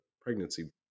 pregnancy